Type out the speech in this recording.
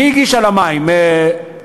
מי הגיש על המים, אתה?